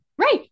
right